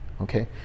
okay